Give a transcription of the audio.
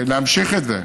להמשיך את זה,